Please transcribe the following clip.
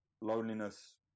loneliness